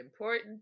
important